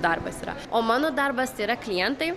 darbas yra o mano darbas yra klientai